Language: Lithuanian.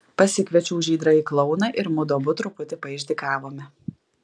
pasikviečiau žydrąjį klouną ir mudu abu truputį paišdykavome